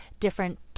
different